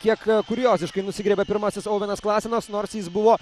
kiek kurioziškai nusigriebia pirmasis auvenas klasenas nors jis buvo